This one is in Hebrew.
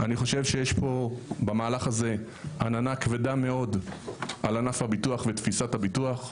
אני חושב שיש פה במהלך הזה עננה כבדה מאוד על ענף הביטוח ותפיסת הביטוח,